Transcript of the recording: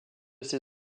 ses